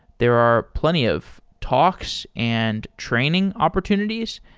there are plenty of talks and training opportunities,